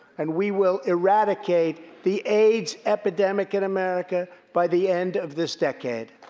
and we will eradicate the aids epidemic in america by the end of this decade.